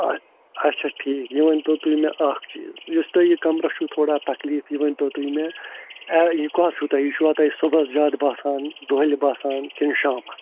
آ اَچھا ٹھیٖک یہِ ؤنۍتو تُہۍ مےٚ اَکھ چیٖز یُس تۄہہِ یہِ کَمرَس چھُو تھوڑا تَکلیٖف یہِ ؤنۍتو تُہۍ مےٚ یہِ کَر چھُو تۄہہِ یہِ چھُوا تۄہہِ صُبحَس زیادٕ باسان دۄہلہِ باسان کِنہٕ شامَن